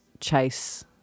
chase